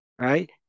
right